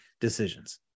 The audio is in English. decisions